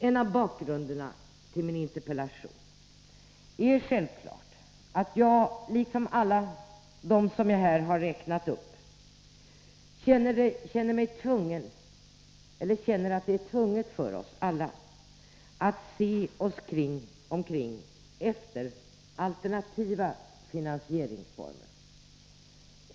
En av bakgrunderna till min interpellation är självfallet att jag liksom alla de som jag här har räknat upp känner att det är nödvändigt för oss alla att se oss omkring efter alternativa finansieringsformer.